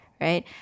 right